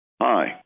Hi